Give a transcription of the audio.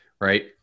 right